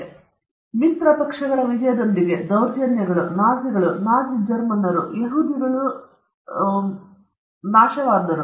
ಎರಡನೆಯ ಮಹಾಯುದ್ಧದ ನಂತರ ಮಿತ್ರಪಕ್ಷಗಳ ವಿಜಯದೊಂದಿಗೆ ದೌರ್ಜನ್ಯಗಳು ನಾಜಿಗಳು ನಾಜಿ ಜರ್ಮನ್ನರು ಯಹೂದಿಗಳಿಗೆ ಬಹಿರಂಗವಾದವು